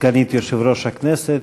סגנית יושב-ראש הכנסת.